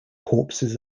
corpses